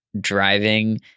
driving